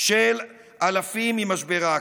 של אלפים ממשבר האקלים.